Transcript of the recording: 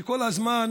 כשכל הזמן